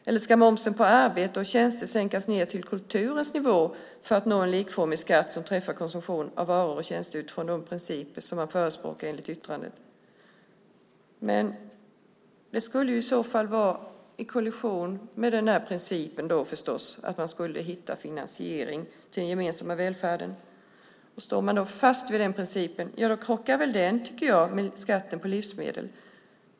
Eller ska momsen på arbete och tjänster sänkas ned till kulturens nivå för att man ska nå en likformig skatt som träffar konsumtion av varor och tjänster utifrån de principer som man förespråkar enligt yttrandet? Det skulle i så fall kollidera med principen att man skulle hitta finansiering till den gemensamma välfärden. Står man då fast vid den principen tycker jag att den krockar med momsen på livsmedel.